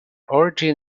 origin